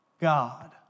God